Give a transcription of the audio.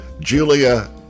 Julia